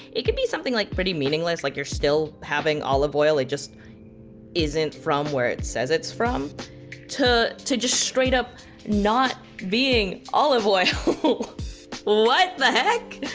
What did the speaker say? it can be something like pretty meaningless like you're still having olive oil, it just isn't from where it says it's from to to just straight up not being olive oil, what the heck?